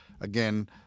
again